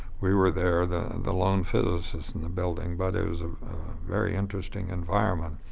we were there, the the lone physicists in the building. but it was a very interesting environment.